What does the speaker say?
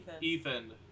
Ethan